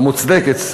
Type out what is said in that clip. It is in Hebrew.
המוצדקת,